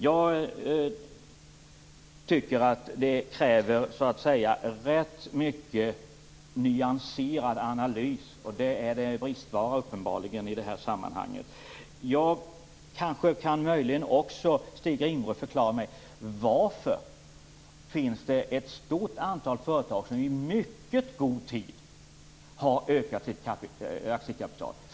Jag tycker att detta kräver rätt mycket nyanserad analys, och det är uppenbarligen en bristvara i det här sammanhanget. Kanske Stig Rindborg också kan förklara för mig varför ett stort antal företag i mycket god tid har ökat sitt aktiekapital.